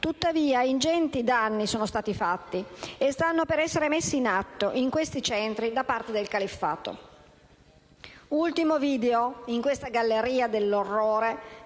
tuttavia ingenti danni sono stati fatti e stanno per essere messi in atto in questi centri da parte del califfato. L'ultimo video in questa galleria dell'orrore